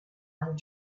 pine